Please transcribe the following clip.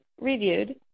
reviewed